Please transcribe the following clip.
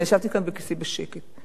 ואני ישבתי כאן בכיסאי בשקט,